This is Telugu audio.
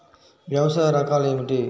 వ్యవసాయ రకాలు ఏమిటి?